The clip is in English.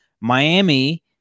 Miami